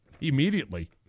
immediately